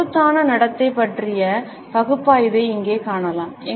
செங்குத்தான நடத்தை பற்றிய பகுப்பாய்வை இங்கே காணலாம்